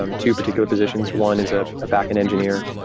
um two particular positions, one is a ah backend engineer.